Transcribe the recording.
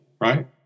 right